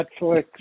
Netflix